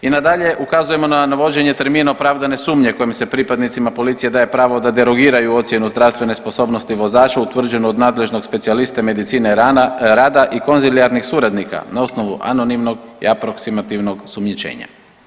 I na dalje ukazujemo na uvođenje termina opravdane sumnje kojim se pripadnicima policije daje pravo da derogiraju ocjenu zdravstvene sposobnosti vozača utvrđen od nadležnog specijaliste medicine rada i konzilijarnih suradnika na osnovu anonimnog i aproksimativnog osumnjičenja.